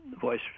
voice